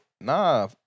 Nah